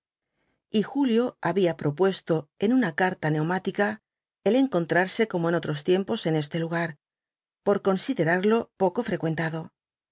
y julio había propuesto en una carta neumática el encontrarse como en otros tiempos en este lugar por considerarlo poco frecuentado